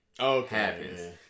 Okay